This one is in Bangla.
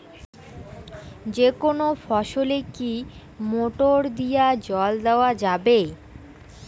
যেকোনো ফসলে কি মোটর দিয়া জল দেওয়া যাবে?